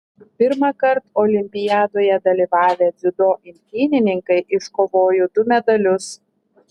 pirmąkart olimpiadoje dalyvavę dziudo imtynininkai iškovojo du medalius